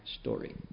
story